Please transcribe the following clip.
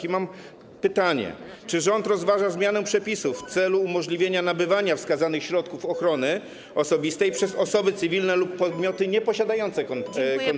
I mam pytanie: Czy rząd rozważa zmianę przepisów w celu umożliwienia nabywania wskazanych środków ochrony osobistej przez osoby cywilne lub podmioty nieposiadające koncesji?